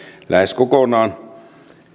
lähes kokonaan